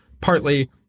partly